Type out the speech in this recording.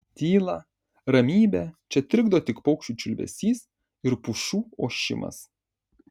tylą ramybę čia trikdo tik paukščių čiulbesys ir pušų ošimas